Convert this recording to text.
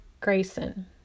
Grayson